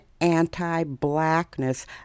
anti-blackness